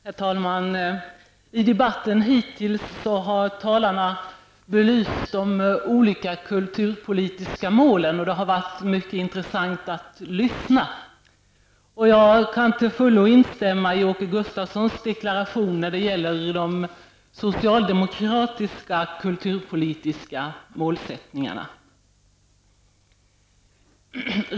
Herr talman! I debatten hittills har talarna belyst de olika kulturpolitiska målen. Det har varit mycket intressant att lyssna. Jag kan till fullo instämma i Åke Gustavssons deklaration när det gäller de socialdemokratiska kulturpolitiska målsättningarna.